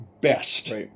best